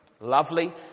Lovely